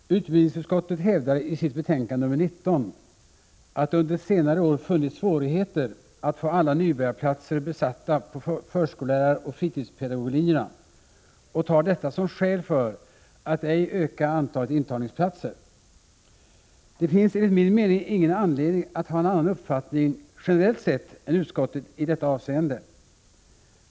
Herr talman! Utbildningsutskottet hävdar i sitt betänkande nr 19 att det under senare år funnits svårigheter att få alla nybörjarplatser besatta på förskolläraroch fritidspedagoglinjerna och tar detta som skäl för att ej öka antalet intagningsplatser. Det finns enligt min mening ingen anledning att ha en annan uppfattning generellt sett än utskottet i detta avseende.